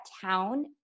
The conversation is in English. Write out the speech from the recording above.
town